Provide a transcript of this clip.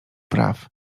praw